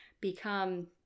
become